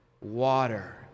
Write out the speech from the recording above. water